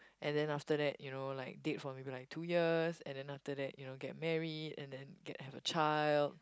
and then after that you know like date for maybe like two years and then after that you know get married and then get have a child